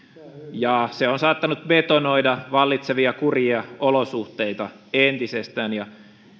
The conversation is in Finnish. se on saattanut betonoida vallitsevia kurjia olosuhteita entisestään ja